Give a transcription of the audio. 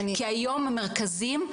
כי היום המרכזים,